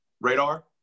radar